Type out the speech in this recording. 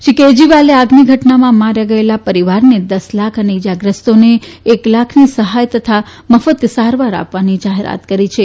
શ્રી કેજરીવાલે આગની ઘટનામાં માર્યા ગયેલાના પરીવારને દસ લાખ અને ઇજાગ્રસ્તોએ એક લાખની સહાય તથા મફત સારવાર આપવાની જાહેરાત કરી છે